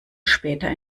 später